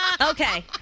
Okay